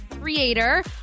creator